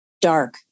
dark